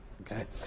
Okay